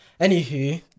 Anywho